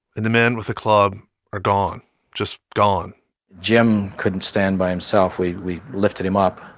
and the men with the club are gone just gone jim couldn't stand by himself. we we lifted him up.